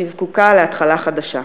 שהיא זקוקה להתחלה חדשה.